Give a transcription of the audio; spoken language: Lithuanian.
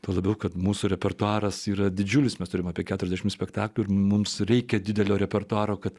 tuo labiau kad mūsų repertuaras yra didžiulis mes turime apie keturiasdešim spektaklių ir mums reikia didelio repertuaro kad